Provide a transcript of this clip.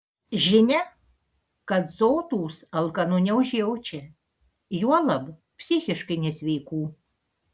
žinia kad sotūs alkanų neužjaučia juolab psichiškai nesveikų